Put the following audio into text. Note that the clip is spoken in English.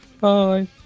Bye